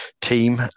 team